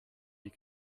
die